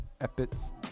Epic's